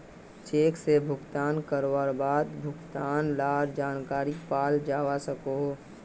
cheque से भुगतान करवार बाद भुगतान लार जानकारी पाल जावा सकोहो